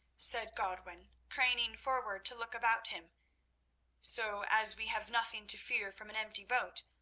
said godwin, craning forward to look about him so, as we have nothing to fear from an empty boat,